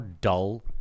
dull